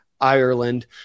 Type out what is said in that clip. Ireland